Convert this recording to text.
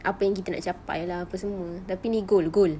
apa yang kita nak capai lah apa semua tapi ini goal goal